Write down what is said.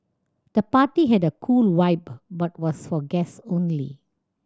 the party had a cool vibe but was for guest only